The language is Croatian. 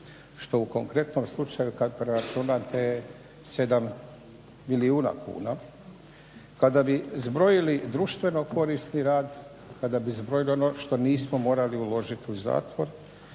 što u konkretnom slučaju kad preračunate 7 milijuna kuna. Kada bi zbrojili društveno korisni rad, kada bi zbrojili ono što nismo morali uložiti u zatvor,